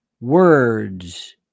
words